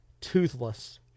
toothless